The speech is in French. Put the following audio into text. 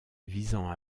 visant